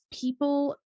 people